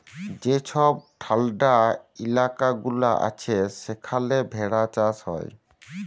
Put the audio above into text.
যে ছব ঠাল্ডা ইলাকা গুলা আছে সেখালে ভেড়া চাষ হ্যয়